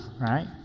right